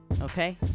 Okay